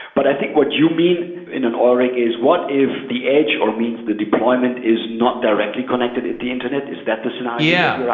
but i think what you mean in an oil rig is what if the edge or means the deployment is not directly connected in the internet. is that the scenario yeah that